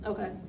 Okay